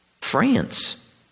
France